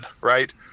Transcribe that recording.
right